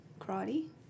karate